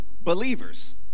Believers